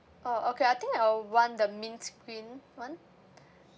oh okay I think I will want the mint green one